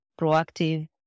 proactive